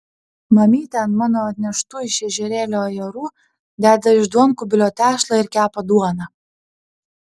mamytė ant mano atneštų iš ežerėlio ajerų deda iš duonkubilio tešlą ir kepa duoną